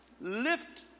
lift